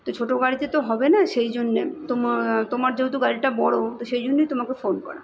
তো ছোট গাড়িতে তো হবে না সেই জন্য তোমার যেহেতু গাড়িটা বড় তো সেই জন্যই তোমাকে ফোন করা